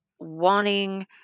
wanting